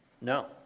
No